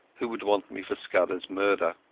who would want me for scudderas murder.